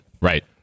Right